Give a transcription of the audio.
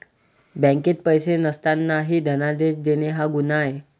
बँकेत पैसे नसतानाही धनादेश देणे हा गुन्हा आहे